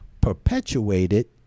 perpetuated